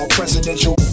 presidential